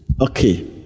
Okay